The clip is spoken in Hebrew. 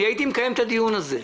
הייתי מקיים את הדיון הזה,